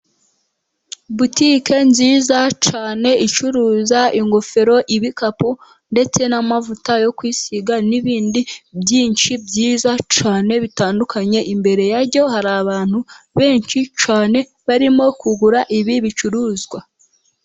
Butike nziza cyane. Icuruza ingofero, ibikapu ndetse n'amavuta yo kwisiga, n'ibindi byinshi byiza cyane bitandukanye. Imbere yaryo hari abantu benshi cyane, barimo kugura ibi bicuruzwa.